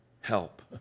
help